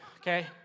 Okay